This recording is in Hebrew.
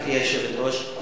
גברתי היושבת-ראש,